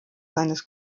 seines